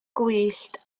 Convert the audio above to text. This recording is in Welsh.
gwyllt